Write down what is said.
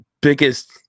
biggest